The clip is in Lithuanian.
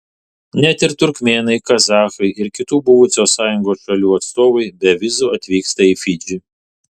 net ir turkmėnai kazachai ir kitų buvusios sąjungos šalių atstovai be vizų atvyksta į fidžį